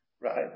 right